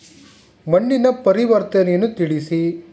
ಮಣ್ಣಿನ ಪರಿವರ್ತನೆಯನ್ನು ತಿಳಿಸಿ?